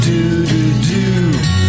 Do-do-do